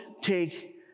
take